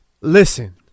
Listen